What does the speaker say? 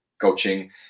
coaching